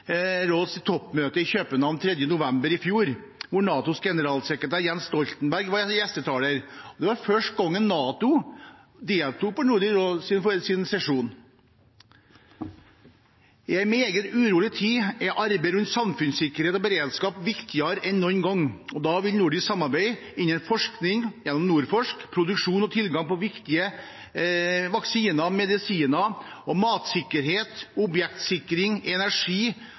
toppmøte i København den 3. november i fjor, hvor NATOs generalsekretær, Jens Stoltenberg, var gjestetaler. Det er første gang NATO deltok på Nordisk råds sesjon. I en meget urolig tid er arbeidet rundt samfunnssikkerhet og beredskap viktigere enn noen gang. Når det gjelder nordisk samarbeid innen forskning, gjennom Nordforsk, produksjon og tilgang på viktige vaksiner og medisiner, matsikkerhet, objektsikring og energi